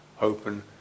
open